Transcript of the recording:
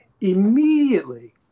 immediately